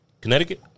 Connecticut